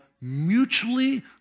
mutually